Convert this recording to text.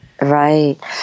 Right